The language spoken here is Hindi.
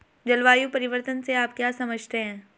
जलवायु परिवर्तन से आप क्या समझते हैं?